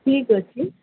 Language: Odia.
ଠିକ୍ ଅଛି